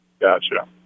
Gotcha